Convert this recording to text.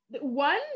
One